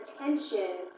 attention